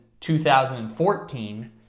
2014